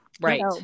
Right